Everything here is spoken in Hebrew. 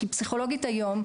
כי פסיכולוגית היום,